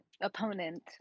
opponent